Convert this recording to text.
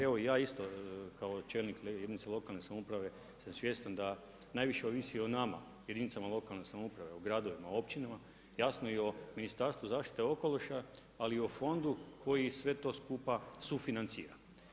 Evo ja isto čelnik jedinice lokalne samouprave sam svjestan da najviše ovisi o nama, jedinicama lokalne samouprave, o gradovima, općinama, jasno i o Ministarstvu zaštite okoliša ali i o fondu koji sve to skupa sufinancira.